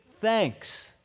thanks